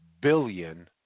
billion